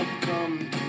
Come